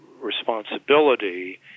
responsibility